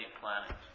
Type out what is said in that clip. planet